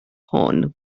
hon